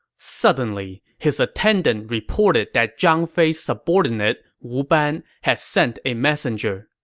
suddenly, his attendant reported that zhang fei's subordinate wu ban had sent a messenger